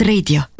Radio